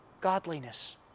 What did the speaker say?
godliness